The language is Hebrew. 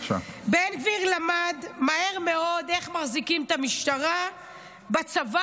בן גביר למד מהר מאוד איך מחזיקים את המשטרה בצוואר,